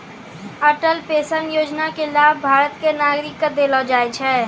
Atal pension योजना के लाभ भारत के नागरिक क देलो जाय छै